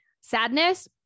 sadness